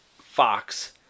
fox